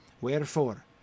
Wherefore